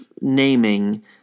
naming